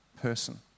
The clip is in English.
person